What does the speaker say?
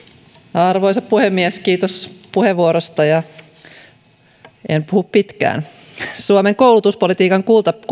arvoisa puhemies kiitos puheenvuorosta en puhu pitkään suomen koulutuspolitiikan